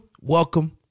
welcome